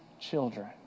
children